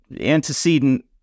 antecedent